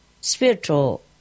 spiritual